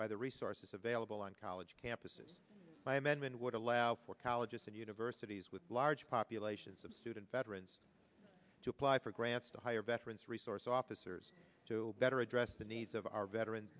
by the resources available on college campuses by men would allow for colleges and universities with large populations of student veterans to apply for grants to hire veterans resource officers to better address the needs of our veteran